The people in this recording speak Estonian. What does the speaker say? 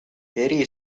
eri